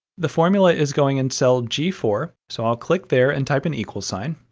the formula is going in cell g four, so i'll click there and type an equal sign.